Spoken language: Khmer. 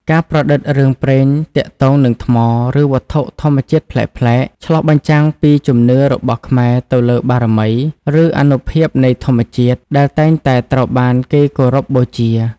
ការប្រឌិតរឿងព្រេងទាក់ទងនឹងថ្ម ឬវត្ថុធម្មជាតិប្លែកៗ ឆ្លុះបញ្ចាំងពីជំនឿរបស់ខ្មែរទៅលើបារមី ឬអានុភាពនៃធម្មជាតិ ដែលតែងតែត្រូវបានគេគោរពបូជា។